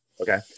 Okay